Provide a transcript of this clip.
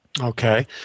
Okay